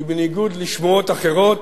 כי בניגוד לשמועות אחרות,